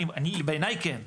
בעיני כן.